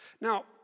Now